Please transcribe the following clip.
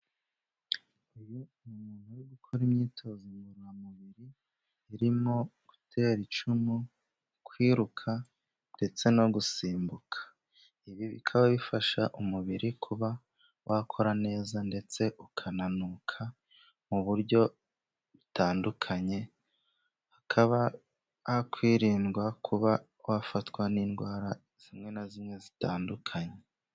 Uyu ni umuntu uri gukora imyitozo ngororamubiri, irimo gutera icumu, kwiruka, ndetse no gusimbuka. Ibi bikaba bifasha umubiri kuba wakora neza, ndetse ukananuka mu buryo butandukanye, hakaba hakwirindwa kuba wafatwa n'indwara zimwe na zimwe zitandukanye.